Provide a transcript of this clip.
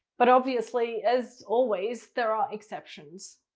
but obviously, as always, there are exceptions.